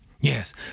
Yes